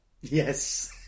Yes